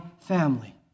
family